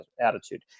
attitude